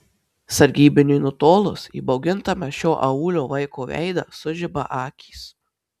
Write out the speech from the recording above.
sargybiniui nutolus įbaugintame šio aūlo vaiko veide sužiba akys